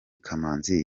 kamanzi